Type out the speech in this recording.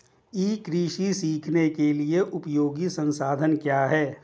ई कृषि सीखने के लिए उपयोगी संसाधन क्या हैं?